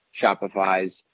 Shopify's